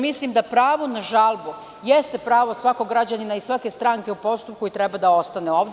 Mislim da pravo na žalbu jeste pravo svakog građanina i svake stranke u postupku i treba da ostane ovde.